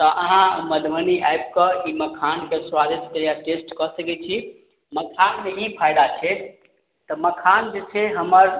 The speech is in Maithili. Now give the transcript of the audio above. तऽ अहाँ मधुबनी आबि कऽ ई मखानके स्वादिष्ट हैया टेस्ट कऽ सकय छी मखानमे ई फायदा छै तऽ मखान जे छै हमर